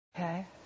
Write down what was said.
Okay